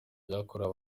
ryakorewe